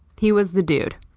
he was the dude.